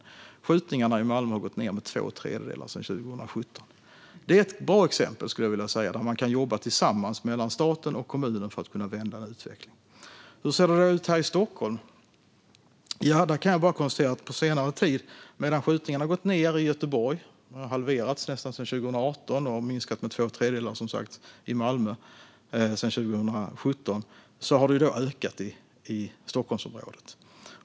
Antalet skjutningar i Malmö har minskat med två tredjedelar sedan 2017, så Malmö är ett bra exempel på där stat och kommun jobbar tillsammans för att vända utvecklingen. Hur ser det ut i Stockholm? Medan antalet skjutningar halverats i Göteborg sedan 2018 och som sagt minskat med två tredjedelar i Malmö sedan 2017 har de ökat i Stockholmsområdet.